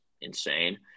insane